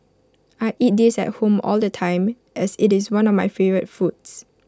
I eat this at home all the time as IT is one of my favourite foods